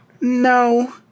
No